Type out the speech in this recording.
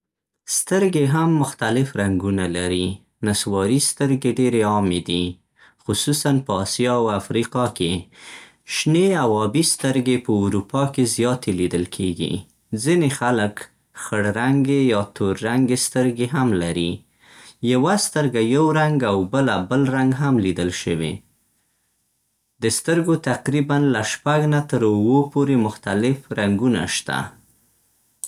سترګې هم مختلف رنګونه لري. نسواري سترګې ډېرې عامې دي، خصوصاً په آسیا او افریقا کې. شنې او آبي سترګې په اروپا کې زیاتې لیدل کېږي. ځینې خلک خړ رنګې یا تور رنګې سترګې هم لري. یوه سترګه یو رنګ او بله بل رنګ هم لیدل شوې. د سترګو تقریباً له شپږ نه تر اوو پورې مختلف رنګونه شته.